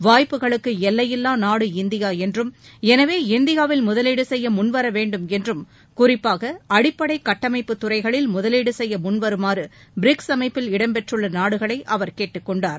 வாய்ப்புகளுக்கு எல்லையில்வா நாடு இந்தியா என்றும் எனவே இந்தியாவில் முதலீடு செய்ய முன்வர வேண்டும் என்றும் குறிப்பாக அடிப்பனட கட்டமைப்புத்துறைகளில் முதலீடு செய்ய முன்வருமாறு பிரிக்ஸ் அமைப்பில் இடம் பெற்றுள்ள நாடுகளை அவர் கேட்டுக் கொண்டார்